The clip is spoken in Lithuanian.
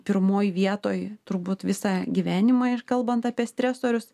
pirmoj vietoj turbūt visą gyvenimą ir kalbant apie stresorius